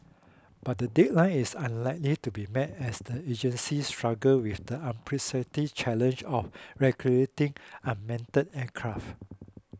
but the deadline is unlikely to be met as the agency struggle with the unprecedented challenge of regulating unmanned aircraft